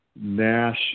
Nash